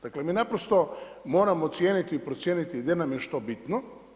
Dakle, mi naprosto moramo cijeniti i procijeniti gdje nam je što bitno.